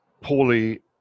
poorly